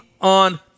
on